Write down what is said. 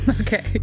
Okay